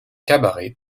cabaret